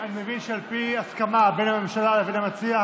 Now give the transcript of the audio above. אני מבין שעל פי הסכמה בין הממשלה לבין המציע,